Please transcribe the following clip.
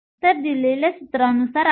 तर Nc हे 22πmekTh232 आहे